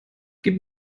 gib